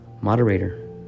Moderator